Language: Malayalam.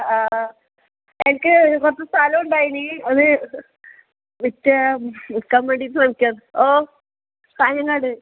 ആ എനിക്ക് കുറച്ച് സ്ഥലം ഉണ്ടായിരുന്നു അത് വിൽക്കാൻ വിൽക്കാൻ വേണ്ടി ശ്രമിക്കുകയാണ് ഓ കാഞ്ഞങ്ങാട്